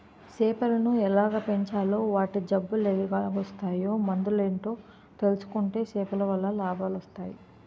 సేపలను ఎలాగ పెంచాలో వాటి జబ్బులెలాగోస్తాయో మందులేటో తెలుసుకుంటే సేపలవల్ల లాభాలొస్టయి